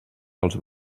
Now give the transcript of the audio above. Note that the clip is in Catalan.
dels